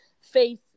faith